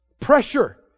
Pressure